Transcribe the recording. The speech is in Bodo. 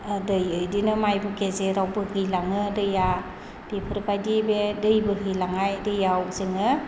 दै बिदिनो माइ गेजेराव बोहैलाङो दैया बेफोरबायदि बे दै बोहैलांनाय दैयाव जोङो